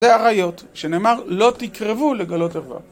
זה עריות שנאמר לא תקרבו לגלות ערווה